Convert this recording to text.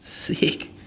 Sick